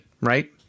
right